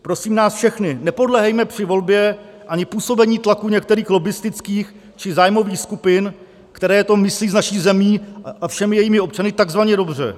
Prosím nás všechny, nepodléhejme při volbě ani působení tlaku některých lobbistických či zájmových skupin, které to myslí s naší zemí a všemi jejími občany takzvaně dobře.